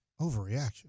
Overreaction